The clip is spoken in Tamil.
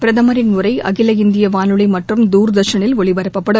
பிரதமரின் உரை அகில இந்திய வானொலி மற்றும் தூர்தர்ஷனில் ஒலிபரப்பப்படும்